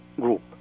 group